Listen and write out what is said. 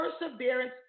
perseverance